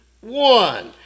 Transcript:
one